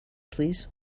please